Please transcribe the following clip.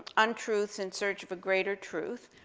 untruths in search of a greater truth.